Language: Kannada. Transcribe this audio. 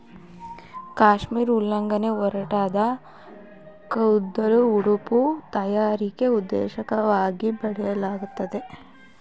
ಕಾಶ್ಮೀರ್ ಉಲ್ಲೆನ್ನ ಒರಟಾದ ಕೂದ್ಲನ್ನು ಉಡುಪು ತಯಾರಿಕೆ ಉದ್ದೇಶಗಳಿಗಾಗಿ ಬಳಸಲಾಗ್ತದೆ